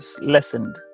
lessened